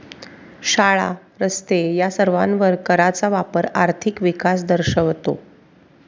शाळा, रस्ते या सर्वांवर कराचा वापर आर्थिक विकास दर्शवतो